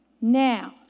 Now